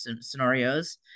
scenarios